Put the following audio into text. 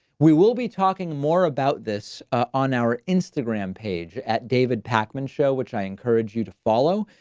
we will be talking more about this on our instagram page at david pakman show, which i encourage you to follow.